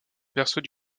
berceau